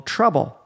Trouble